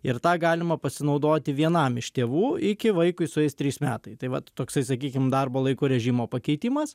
ir tą galima pasinaudoti vienam iš tėvų iki vaikui sueis trys metai tai vat toksai sakykim darbo laiko režimo pakeitimas